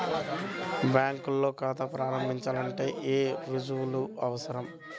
బ్యాంకులో ఖాతా ప్రారంభించాలంటే ఏ రుజువులు అవసరం?